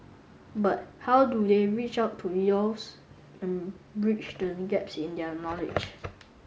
but how do they reach out to youths and bridge the gaps in their knowledge